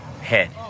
head